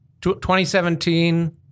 2017